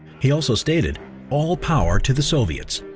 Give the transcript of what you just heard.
he also stated all power to the soviets,